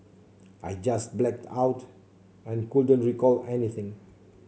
I just blacked out and couldn't recall anything